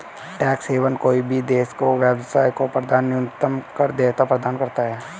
tax haven कोई भी देश है जो व्यवसाय को न्यूनतम कर देयता प्रदान करता है